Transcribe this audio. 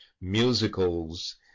musicals